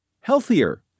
healthier